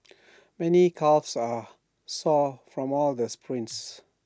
many calves are sore from all these sprints